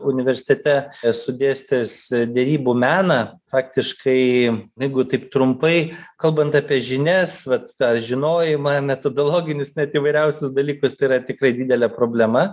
universitete esu dėstęs derybų meną faktiškai jeigu taip trumpai kalbant apie žinias vat tą žinojimą metodologinius net įvairiausius dalykus tai yra tikrai didelė problema